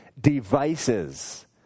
devices